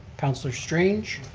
councillor strange.